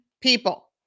people